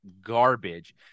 garbage